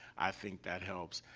i think that helps,